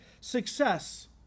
success